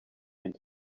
and